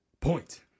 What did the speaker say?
point